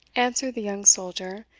answered the young soldier,